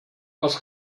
was